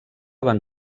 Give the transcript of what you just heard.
van